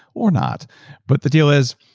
or not but the deal is,